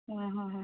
हा हा हा